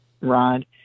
Rod